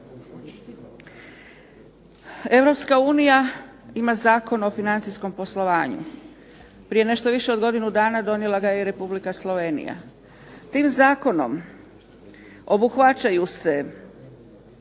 Europska unija ima Zakon o financijskom poslovanju. Prije nešto više od godinu dana donijela ga je i Republika Slovenija. Tim zakonom obuhvaćaju se